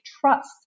trust